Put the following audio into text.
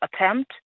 attempt